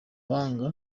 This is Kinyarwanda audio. cyangwa